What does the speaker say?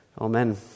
Amen